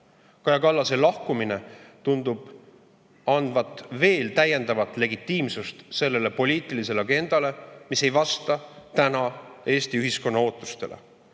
Kaja Kallase lahkumine tundub andvat veel täiendavat legitiimsust sellele poliitilisele agendale, mis ei vasta Eesti ühiskonna ootustele.